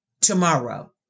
tomorrow